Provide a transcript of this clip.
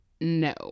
no